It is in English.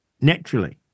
naturally